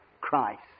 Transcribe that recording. Christ